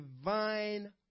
divine